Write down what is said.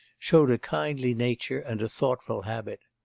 showed a kindly nature and a thoughtful habit.